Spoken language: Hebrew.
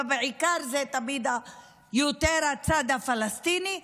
ובעיקר זה תמיד יותר הצד הפלסטיני,